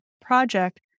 project